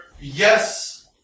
yes